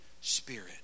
Spirit